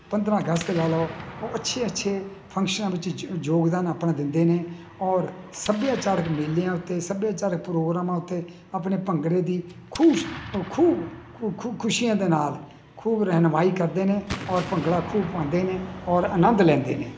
ਪੰਦਰਾਂ ਅਗਸਤ ਲਾ ਲਓ ਅੱਛੇ ਅੱਛੇ ਫੰਕਸ਼ਨਾਂ ਵਿੱਚ ਯੋ ਯੋਗਦਾਨ ਆਪਣਾ ਦਿੰਦੇ ਨੇ ਔਰ ਸੱਭਿਆਚਾਰਕ ਮੇਲਿਆਂ ਉੱਤੇ ਸੱਭਿਆਚਾਰਕ ਪ੍ਰੋਗਰਾਮਾਂ ਉੱਤੇ ਆਪਣੇ ਭੰਗੜੇ ਦੀ ਖੂਸ਼ ਅ ਖੂਬ ਖੁ ਖੁ ਖੁਸ਼ੀਆਂ ਦੇ ਨਾਲ ਖੂਬ ਰਹਿਨੁਮਾਈ ਕਰਦੇ ਨੇ ਔਰ ਭੰਗੜਾ ਖੂਬ ਪਾਉਂਦੇ ਨੇ ਔਰ ਆਨੰਦ ਲੈਂਦੇ ਨੇ